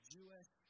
Jewish